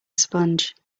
sponge